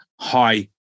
high